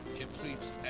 ...completes